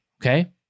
okay